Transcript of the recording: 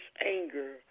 anger